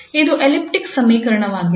ಇದು ಎಲಿಪ್ಟಿಕ್ ಸಮೀಕರಣವಾಗಿದೆ